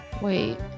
Wait